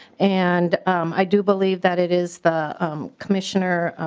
and i do believe that it is the commissioner-where